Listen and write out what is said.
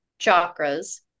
chakras